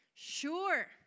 Sure